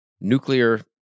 nuclear